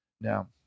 Now